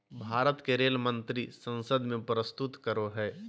भारत के रेल मंत्री संसद में प्रस्तुत करो हइ